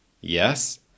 yes